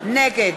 נגד